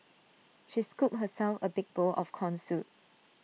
she scooped herself A big bowl of Corn Soup